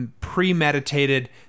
premeditated